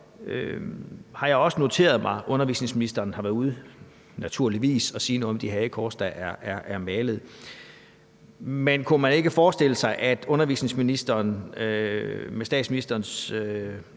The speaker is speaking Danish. jeg naturligvis også noteret mig, at undervisningsministeren har været ude at sige noget om de hagekors, der er blevet malet. Men kunne man ikke forestille sig, at man fra undervisningsministerens side med statsministerens